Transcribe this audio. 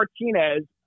martinez